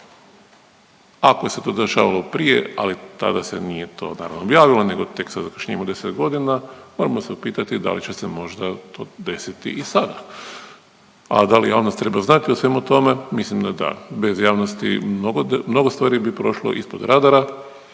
ako se to dešavalo prije ali tada se nije to naravno objavilo nego tek sa zakašnjenjem od 10 godina, moramo se upitati da li će se to možda desiti i sada. A da li javnost treba znati o svemu tome? Mislim da da. Bez javnosti mnogo stvari bi prošlo ispod radara